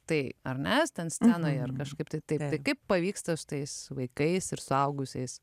tai ar mes ten scenoje ar kažkaip tai taip kaip pavyksta su tais vaikais ir suaugusiais